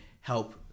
help